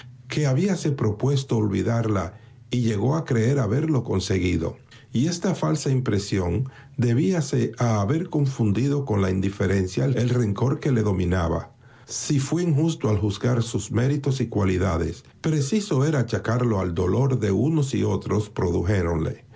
que habíase propuesto olvidarla y llegó a creer haberlo conseguido y esta falsa impresión debíase a haber confundido con la indiferencia el rencor que le dominaba si fué injusto al juzgar sus méritos y cualidades preciso era achacarlo al dolor que unos y otros produjéronle